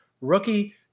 Rookie